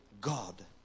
God